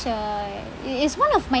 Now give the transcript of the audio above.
it it's one of my